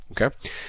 Okay